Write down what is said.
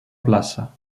plaça